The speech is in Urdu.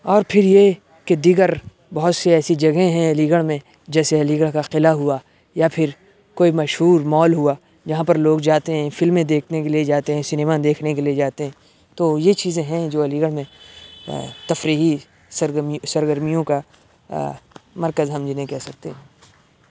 اور پھر یہ کہ دیگر بہت سی ایسی جگہیں ہیں علی گڑھ میں جیسے علی گڑھ کا قلعہ ہوا یا پھر کوئی مشہور مال ہوا جہاں پر لوگ جاتے ہیں فلمیں دیکھنے کے لیے جاتے ہیں سنیما دیکھنے کے لیے جاتے ہیں تو یہ چیزیں ہیں جو علی گڑھ میں تفریحی سرگرمی سرگرمیوں کا مرکز ہم جنہیں کہہ سکتے